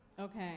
Okay